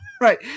Right